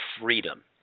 freedom